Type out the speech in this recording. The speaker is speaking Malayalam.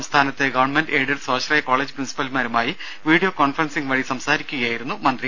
സംസ്ഥാനത്തെ ഗവൺമെന്റ് എയ്ഡഡ് സ്വാശ്രയ കോളജ് പ്രിൻസിപ്പൽമാരുമായി വീഡിയോ കോൺഫറൻസിംഗ് വഴി സംസാരിക്കുകയായിരുന്നു മന്ത്രി